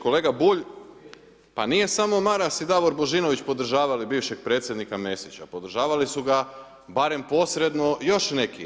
Kolega Bulj, pa nije samo Maras i Davor Božinović podržavali bivšeg predsjednika Mesića, podržavali su ga barem posredno još neki.